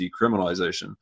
decriminalization